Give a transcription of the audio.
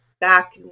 back